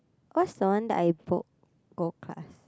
what's the one that I book gold class